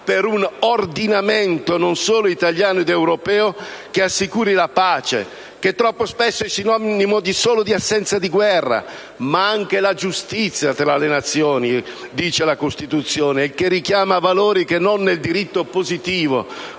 per un ordinamento, non solo italiano ma anche europeo, che assicuri la pace, troppo spesso sinonimo solo di assenza di guerra, e la giustizia tra le Nazioni - come dice la Costituzione - e che richiami valori che, non dal diritto positivo,